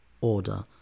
order